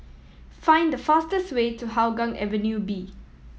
find the fastest way to Hougang Avenue B